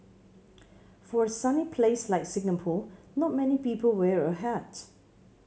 for a sunny place like Singapore not many people wear a hat